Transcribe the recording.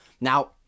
Now